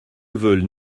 veulent